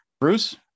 Bruce